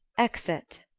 exit